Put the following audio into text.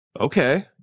Okay